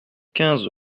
quinze